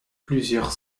plusieurs